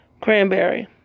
Cranberry